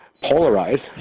polarized